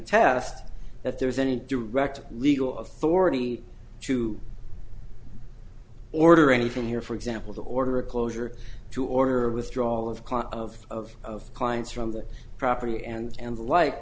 test that there is any direct legal authority to order anything here for example to order a closure to order a withdrawal of clout of clients from the property and the like